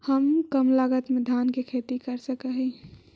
हम कम लागत में धान के खेती कर सकहिय?